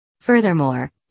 Furthermore